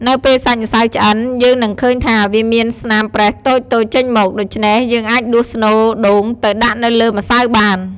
នៅពេលសាច់ម្សៅឆ្អិន យើងនឹងឃើញថា វាមានស្នាមប្រេះតូចៗចេញមក ដូច្នេះ យើងអាចដួសស្នូលដូងទៅដាក់នៅលើម្សៅបាន។